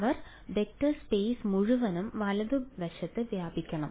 അവർ vector space മുഴുവനും വലതുവശത്ത് വ്യാപിപ്പിക്കണം